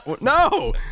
no